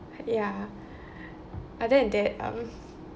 ya other than that um